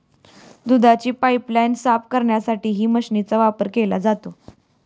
दुधाची पाइपलाइन साफ करण्यासाठीही मशीनचा वापर केला जातो